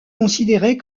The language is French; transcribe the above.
considérée